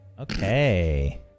okay